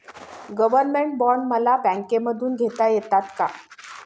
Government bond मला बँकेमधून घेता येतात का?